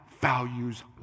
values